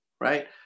right